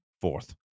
fourth